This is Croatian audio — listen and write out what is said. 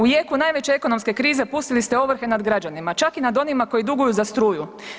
U jeku najveće ekonomske krize pustili ste ovrhe nad građanima, čak i nad onima koji duguju za struku.